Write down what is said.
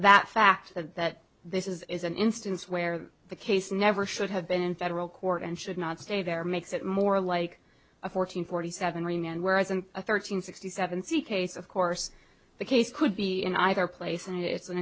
that fact that this is an instance where the case never should have been in federal court and should not stay there makes it more like a four hundred forty seven ring and whereas an a thirteen sixty seven c case of course the case could be in either place and it's an